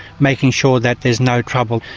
making sure that there's no trouble.